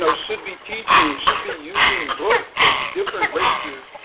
so should be teaching, should be using books of different races,